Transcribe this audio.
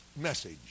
message